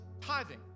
tithing